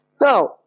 now